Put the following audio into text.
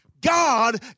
God